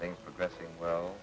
things progressing well